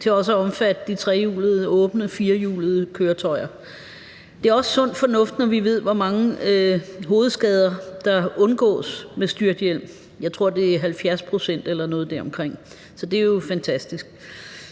til også at omfatte de trehjulede og åbne firehjulede køretøjer. Det er også sund fornuft, når vi ved, hvor mange hovedskader der undgås med styrthjelm – jeg tror, det er 70 pct. eller noget deromkring. Så det er jo fantastisk.